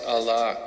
Allah